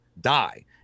die